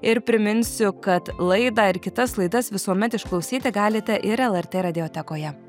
ir priminsiu kad laidą ir kitas laidas visuomet išklausyti galite ir lrt radiotekoje